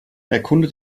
erkunde